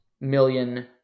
million